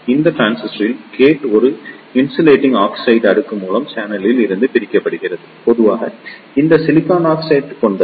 இந்த டிரான்சிஸ்டரில் கேட் ஒரு இன்சுலேடிங் ஆக்சைடு அடுக்கு மூலம் சேனலில் இருந்து பிரிக்கப்படுகிறது பொதுவாக இது சிலிக்கான் ஆக்சைடு கொண்டது